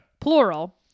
plural